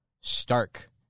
stark